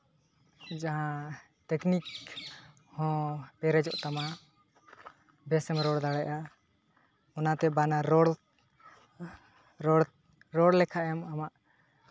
ᱡᱟᱦᱟᱸ ᱴᱮᱠᱱᱤᱠ ᱦᱚᱸ ᱯᱮᱨᱮᱡᱚᱜ ᱛᱟᱢᱟ ᱵᱮᱥᱮᱢ ᱨᱚᱲ ᱫᱟᱲᱮᱭᱟᱜᱼᱟ ᱚᱱᱟᱛᱮ ᱵᱟᱱᱟᱨ ᱨᱚᱲ ᱨᱚᱲ ᱨᱚᱲ ᱞᱮᱠᱷᱟᱡᱼᱮᱢ ᱟᱢᱟᱜ